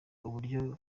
uburyo